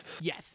Yes